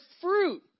fruit